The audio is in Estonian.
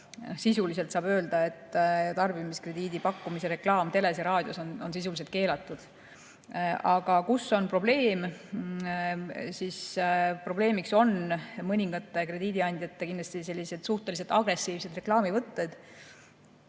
aastast saab öelda, et tarbimiskrediidi pakkumise reklaam teles ja raadios on sisuliselt keelatud. Kus on probleem? Probleem on mõningate krediidiandjate sellised suhteliselt agressiivsed reklaamivõtted,